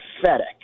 pathetic